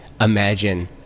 imagine